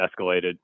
escalated